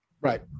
Right